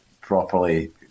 properly